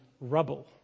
rubble